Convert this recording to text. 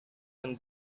and